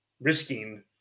risking